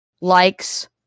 likes